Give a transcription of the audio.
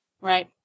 Right